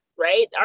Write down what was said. Right